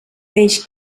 peix